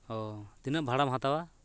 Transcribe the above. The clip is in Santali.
ᱚ ᱛᱤᱱᱟᱹᱜ ᱵᱷᱟᱲᱟᱢ ᱦᱟᱛᱟᱣᱟ